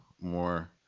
more